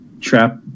trap